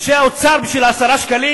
אנשי האוצר, בשביל 10 שקלים?